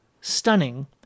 stunning